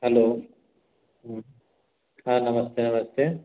hello हाँ नमस्ते नमस्ते